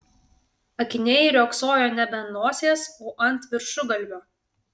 akiniai riogsojo nebe ant nosies o ant viršugalvio